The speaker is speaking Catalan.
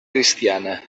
cristiana